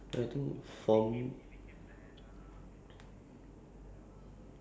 ya I don't even know the the like how they come up with the story of discovering it